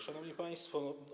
Szanowni Państwo!